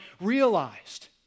realized